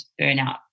burnout